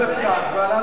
פטור מאגרה